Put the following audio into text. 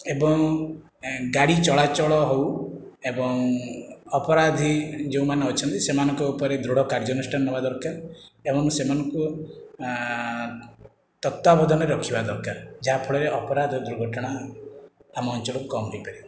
ଏବଂ ଗାଡ଼ି ଚଳାଚଳ ହେଉ ଏବଂ ଅପରାଧି ଯେଉଁମାନେ ଅଛନ୍ତି ସେମାନଙ୍କ ଉପରେ ଦୃଢ଼ କାର୍ଯ୍ୟାନୁଷ୍ଠାନ ନେବା ଦରକାର ଏବଂ ସେମାନଙ୍କୁ ତତ୍ତ୍ଵାବଧାନରେ ରଖିବା ଦରକାର ଯାହା ଫଳରେ ଅପରାଧ ଦୁର୍ଘଟଣା ଆମ ଅଞ୍ଚଳରୁ କମ ହୋଇପାରିବ